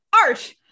art